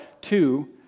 two